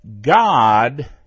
God